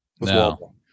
No